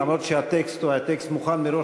אף שהטקסט היה מוכן מראש,